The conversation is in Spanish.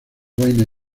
wayne